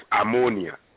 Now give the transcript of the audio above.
ammonia